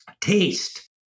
taste